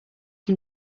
can